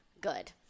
good